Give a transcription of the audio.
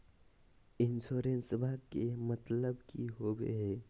इंसोरेंसेबा के मतलब की होवे है?